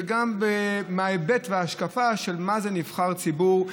וגם מההיבט וההשקפה של מה זה נבחר ציבור,